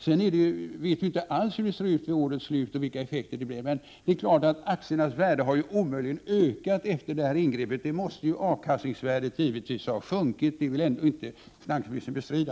Vi vet emellertid inte hur det ser ut vid årets slut och vilka slutliga effekter det blir. Det är dock klart att aktiernas värde inte kan ha ökat efter detta ingrepp. Avkastningsvärdet måste ha sjunkit. Det vill väl ändå inte finansministern bestrida?